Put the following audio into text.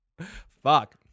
Fuck